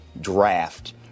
draft